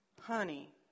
honey